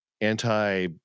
anti-